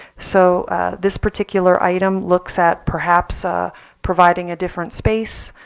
so this particular item looks at perhaps ah providing a different space,